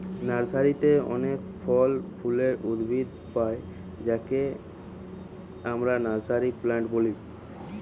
নার্সারিতে অনেক ফল ফুলের উদ্ভিদ পায়া যায় যাকে আমরা নার্সারি প্লান্ট বলি